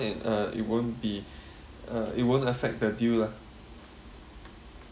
and uh it won't be uh it won't affect the deal lah